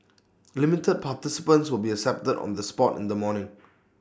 limited participants will be accepted on the spot in the morning